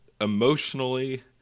emotionally